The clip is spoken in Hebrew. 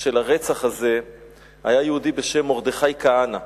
של הרצח הזה היה יהודי בשם מרדכי כהנא,